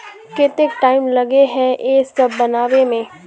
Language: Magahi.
केते टाइम लगे है ये सब बनावे में?